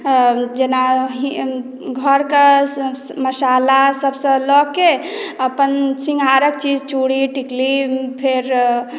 जेना घरके मसाला सभसँ लऽ के अपन शृङ्गारक चीज चुड़ी टिकली फेर